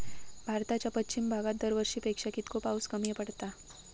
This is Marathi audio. भारताच्या पश्चिम भागात दरवर्षी पेक्षा कीतको पाऊस कमी पडता?